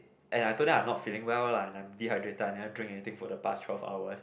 and I told them I am not feeling well lah and I dehydrated I never drink anything for the past twelve hours